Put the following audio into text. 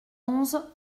onze